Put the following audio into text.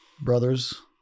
Brothers